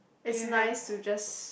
it's nice to just